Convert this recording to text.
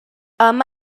amb